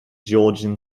georgian